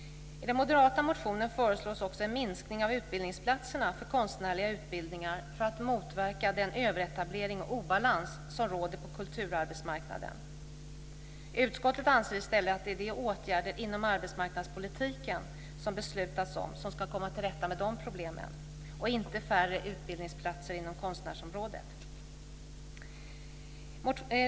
I den moderata motionen föreslås också en minskning av utbildningsplatserna för konstnärliga utbildningar för att motverka den överetablering och obalans som råder på kulturarbetsmarknaden. Utskottet anser i stället att det är de åtgärder inom arbetsmarknadspolitiken som det har beslutats om som ska komma till rätta med de problemen och inte färre utbildningsplatser inom konstnärsområdet.